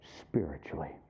spiritually